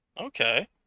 Okay